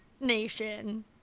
nation